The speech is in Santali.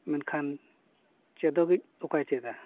ᱢᱮᱱᱠᱷᱟᱱ ᱪᱮᱫᱚᱜᱤᱡ ᱚᱠᱟᱭ ᱪᱮᱫᱟ